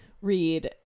read